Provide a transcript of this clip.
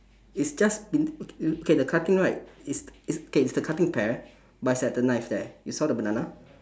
it's just okay the cutting right it's it's K it's the cutting pear but it's at the knife there you saw the banana